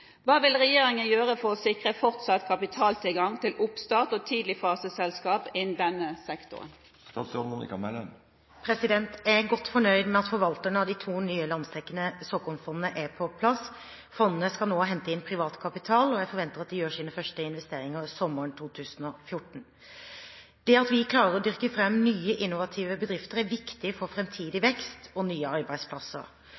Hva vil regjeringen gjøre for å sikre fortsatt kapitaltilgang til oppstarts- og tidligfaseselskaper innen denne sektoren?» Jeg er godt fornøyd med at forvalterne av de to nye landsdekkende såkornfondene er på plass. Fondene skal nå hente inn privat kapital, og jeg forventer at de gjør sine første investeringer sommeren 2014. Det at vi klarer å dyrke fram nye, innovative bedrifter er viktig for